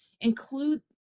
include